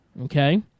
Okay